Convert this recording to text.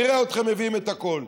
נראה אתכם מביאים את הכול.